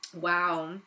Wow